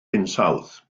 hinsawdd